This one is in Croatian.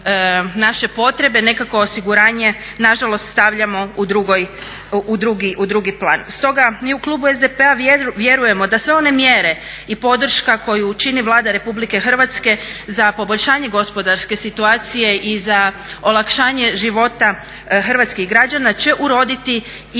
naše potrebe nekako osiguranje nažalost stavljamo u drugi plan. Stoga mi u klubu SDP-a vjerujemo da sve one mjere i podrška koju čini Vlada Republike Hrvatske za poboljšanje gospodarske situacije i za olakšanje života hrvatskih građana će uroditi i